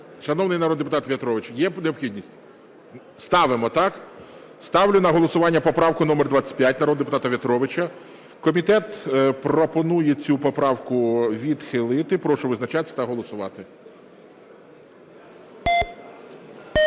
Шановний народний депутат В'ятрович, є необхідність? Ставимо, так? Ставлю на голосування поправку номер 25 народного депутата В'ятровича. Комітет пропонує цю поправку відхилити. Прошу визначатися та голосувати. 11:27:23